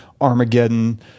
armageddon